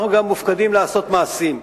אנחנו גם מופקדים על לעשות מעשים,